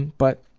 but